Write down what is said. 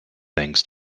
things